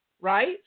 right